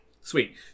Sweet